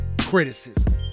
criticism